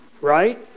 Right